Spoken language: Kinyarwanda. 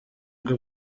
bwe